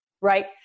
right